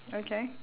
okay